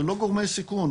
אלו לא גורמי סיכון,